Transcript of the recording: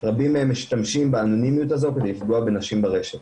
רבים מהם משתמשים באנונימיות הזאת כדי לפגוע בנשים ברשת.